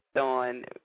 on